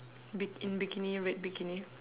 bik~ in bikini red bikini